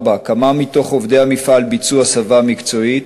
4. כמה מעובדי המפעל עברו הסבה מקצועית?